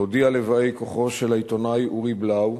הודיעה לבאי-כוחו של העיתונאי אורי בלאו,